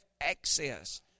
access